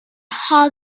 hog